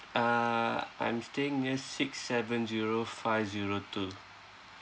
uh I'm staying near six seven zero five zero two